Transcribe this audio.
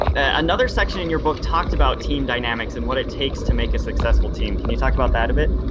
another section in your book talked about team dynamics and what it takes to make a successful team. can you talk about that a bit?